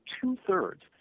two-thirds